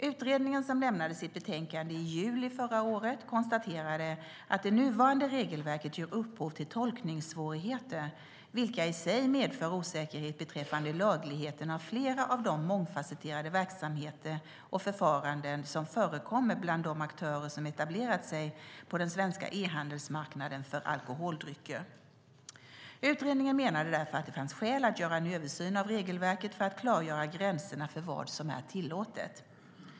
Utredningen, som lämnade sitt betänkande i juli förra året, konstaterade att det nuvarande regelverket ger upphov till tolkningssvårigheter, vilka i sig medför osäkerhet beträffande lagligheten av flera av de mångfasetterade verksamheter och förfaranden som förekommer bland de aktörer som etablerat sig på den svenska e-handelsmarknaden för alkoholdrycker. Utredningen menade därför att det fanns skäl att göra en översyn av regelverket för att klargöra gränserna för vad som är tillåtet.